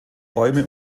bäume